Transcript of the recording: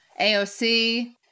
AOC